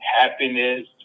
happiness